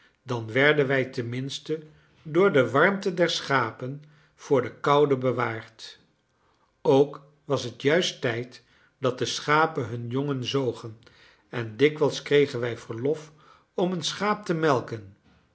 dan werden wij tenminste door de warmte der schapen voor de koude bewaard ook was het juist tijd dat de schapen hun jongen zogen en dikwijls kregen wij verlof om een schaap te melken